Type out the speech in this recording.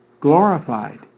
glorified